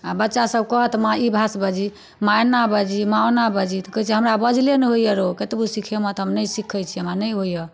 आओर बच्चा सब कहत माँ ई भाषा बजही माँ एना बजही माँ ओना बजही तऽ कहै छियै हमरा बजले नहि होइए रौ कतबो सिखेमाँ तऽ हम नहि सिखै छियै हमरा नहि होइए